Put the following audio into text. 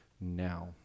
now